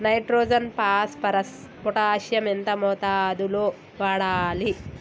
Nitrogen phosphorus potassium ఎంత మోతాదు లో వాడాలి?